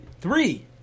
Three